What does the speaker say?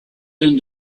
than